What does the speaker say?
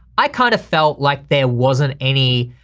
i kind of felt like there wasn't any